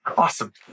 Awesome